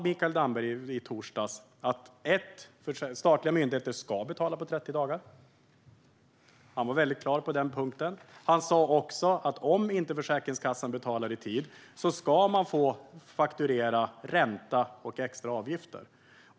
Mikael Damberg sa i torsdags att statliga myndigheter ska betala inom 30 dagar. Han var väldigt klar på den punkten. Han sa också att om inte Försäkringskassan betalar i tid ska man få fakturera ränta och extra avgifter.